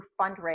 fundraise